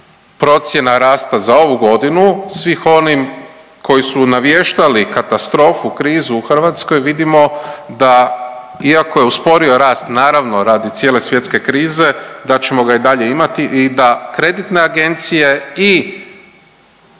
procjena rasta za ovu godinu svih onim koji su naviještali katastrofu, krizu u Hrvatskoj vidimo da iako je usporio rast naravno radi cijele svjetske krize da ćemo da i dalje imati i da kreditne agencije i